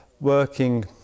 working